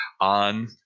on